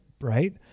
Right